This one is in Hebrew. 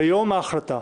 ביום ההחלטה.